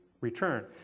return